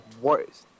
worst